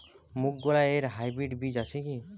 মুগকলাই এর হাইব্রিড বীজ আছে কি?